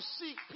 seek